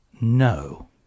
No